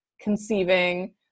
conceiving